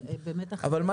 אבל --- אבל,